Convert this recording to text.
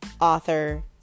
author